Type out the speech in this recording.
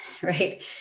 Right